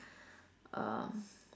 um